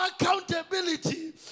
accountability